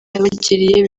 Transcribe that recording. yabagiriye